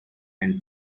and